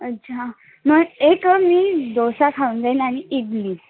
अच्छा मग एक मी दोसा खाऊन जाईन आणि इडली